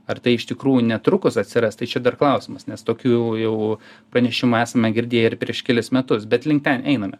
ar tai iš tikrųjų netrukus atsiras tai čia dar klausimas nes tokių jau pranešimų esame girdėję ir prieš kelis metus bet link ten einame